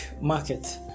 market